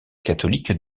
catholiques